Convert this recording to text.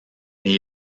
mais